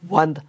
one